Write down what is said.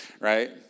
right